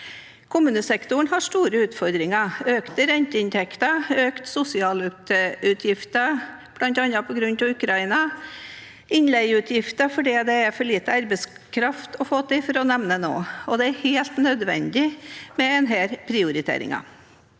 Kommunesektoren har store utfordringer, økte renteutgifter, økte sosialutgifter – bl.a. på grunn av krigen i Ukraina – innleieutgifter fordi det er for lite arbeidskraft, for å nevne noe. Det er helt nødvendig med denne prioriteringen.